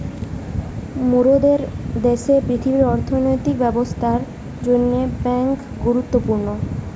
মোরদের দ্যাশের পৃথিবীর অর্থনৈতিক ব্যবস্থার জন্যে বেঙ্ক গুরুত্বপূর্ণ